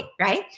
Right